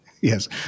Yes